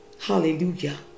hallelujah